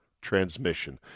transmission